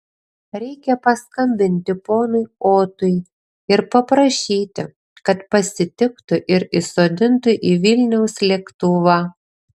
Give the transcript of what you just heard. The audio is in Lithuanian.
reikia paskambinti ponui otui ir paprašyti kad pasitiktų ir įsodintų į vilniaus lėktuvą